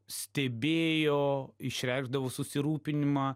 stebėjo išreikšdavo susirūpinimą